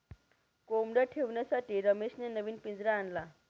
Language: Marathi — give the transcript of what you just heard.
कोंबडया ठेवण्यासाठी रमेशने नवीन पिंजरा आणला